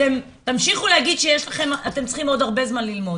אתם תמשיכו להגיד שאתם צריכים עוד הרבה זמן ללמוד,